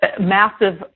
massive